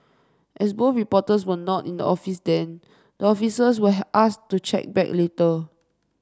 as both reporters were not in the office then the officers were asked to check back later